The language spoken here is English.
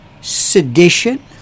sedition